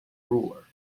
ruler